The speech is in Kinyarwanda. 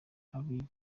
abize